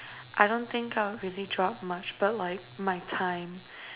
I don't think I'll really drop much but like my time